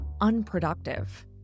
unproductive